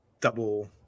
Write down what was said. double